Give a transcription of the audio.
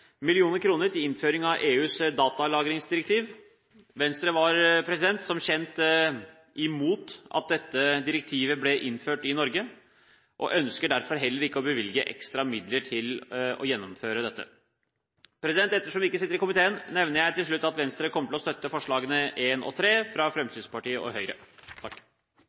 var som kjent imot at dette direktivet ble innført i Norge, og vi ønsker derfor heller ikke å bevilge ekstra midler til å gjennomføre dette. Ettersom vi ikke sitter i komiteen, nevner jeg til slutt at Venstre kommer til å støtte forslagene nr. 1 og 3, fra Fremskrittspartiet og Høyre.